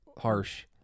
Harsh